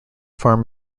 farm